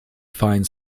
finds